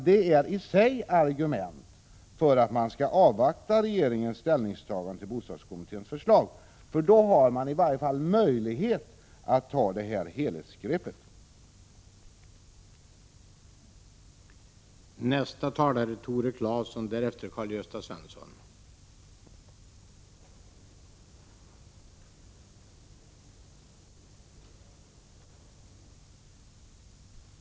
Detta är i sig ett argument för att man skall avvakta regeringens ställningstagande till bostadskommitténs förslag. Då får man i varje fall en möjlighet att ta ett helhetsgrepp om dessa frågor.